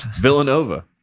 Villanova